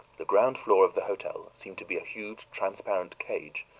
the ground floor of the hotel seemed to be a huge transparent cage,